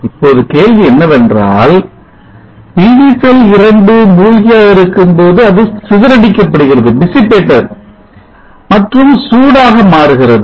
இப்பொழுது கேள்வி என்னவென்றால் PV செல் 2 மூழ்கியாக இருக்கும்போது அது சிதறடிக்கிறது மற்றும் சூடாக மாறுகிறது